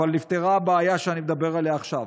אבל נפתרה הבעיה שאני מדבר עליה עכשיו.